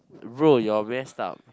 bro you're messed up